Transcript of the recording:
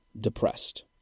depressed